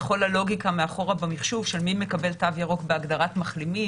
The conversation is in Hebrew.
וכל הלוגיקה מאחורה במחשוב כשאני מקבל תו ירוק בהגדרת מחלימים,